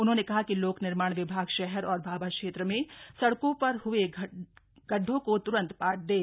उन्होंने कहा कि लोक निर्माण विभाग शहर और भाबर क्षेत्र में सड़कों पर हए गड्ढों को त्रन्त पाट दें